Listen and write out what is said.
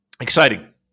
Exciting